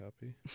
happy